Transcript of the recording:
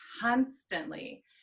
constantly